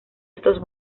estos